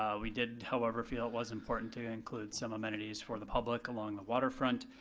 um we did, however, feel it was important to include some amenities for the public along the waterfront.